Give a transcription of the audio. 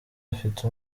afite